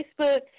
Facebook